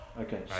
Okay